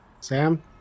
Sam